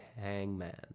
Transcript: Hangman